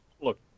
Look